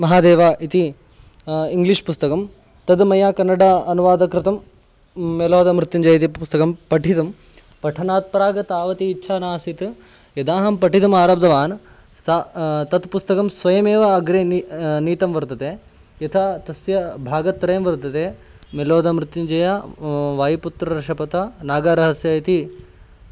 महादेव इति इङ्ग्लिश् पुस्तकं तद् मया कन्नड अनुवादकृतं मेलोद मृत्युञ्जय इति पुस्तकं पठितं पठनात् प्राग् तावती इच्छा नासीत् यदाहं पठितुमारब्धवान् सा तत् पुस्तकं स्वयमेव अग्रे नि नीतं वर्तते यथा तस्य भागत्रयं वर्तते मेलोद मृत्युञ्जय वायुपुत्रर शपथ नागारहस्य इति